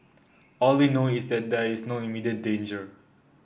all we know is that there is no immediate danger